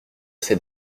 ses